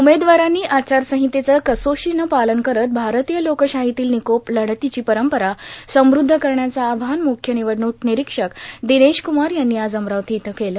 उमेदवारांनी आचारसांहतेचं कसोशीनं पालन करत भारतीय लोकशाहांतील र्यानकोप लढतीची परंपरा समृद्ध करण्याचं आवाहन मुख्य र्मिनवडणूक र्मिनरोक्षक र्दिनेशकुमार यांनी आज अमरावती इथं केलं